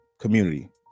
community